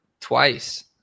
twice